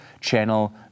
channel